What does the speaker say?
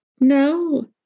No